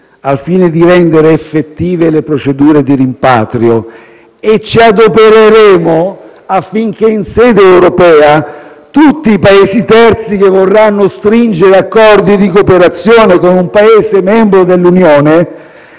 al fine di rendere effettive le procedure di rimpatrio e affinché in sede europea tutti i Paesi terzi che vorranno stringere accordi di cooperazione con un Paese membro dell'Unione